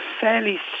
fairly